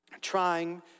trying